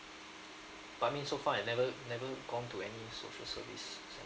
I mean so far I never never gone to any social service